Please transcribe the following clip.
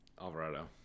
alvarado